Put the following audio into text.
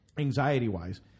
anxiety-wise